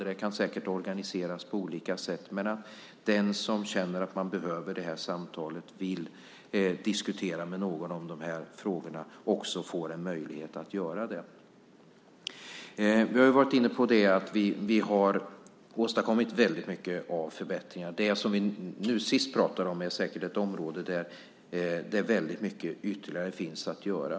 Det kan säkert organiseras på olika sätt så att den som känner sig behöva det här samtalet och vill diskutera de här frågorna också får en möjlighet att göra det. Vi har varit inne på att vi redan har åstadkommit väldigt mycket förbättringar. Det som vi pratade om nu senast är säkert ett område där väldigt mycket ytterligare finns att göra.